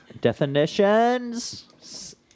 Definitions